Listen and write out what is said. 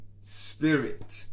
Spirit